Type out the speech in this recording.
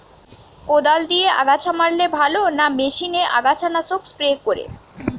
কদাল দিয়ে আগাছা মারলে ভালো না মেশিনে আগাছা নাশক স্প্রে করে?